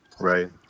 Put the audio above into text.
right